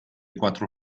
quattro